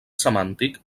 semàntic